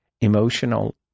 emotional